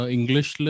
English